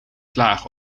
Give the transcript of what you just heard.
klaar